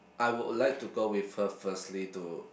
I would like to go with her firstly to